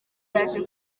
yaje